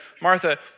Martha